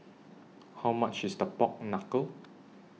How much IS The Pork Knuckle